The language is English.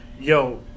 yo